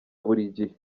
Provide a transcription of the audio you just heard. burigihe